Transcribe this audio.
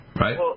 right